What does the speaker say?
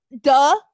duh